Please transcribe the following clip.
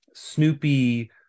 snoopy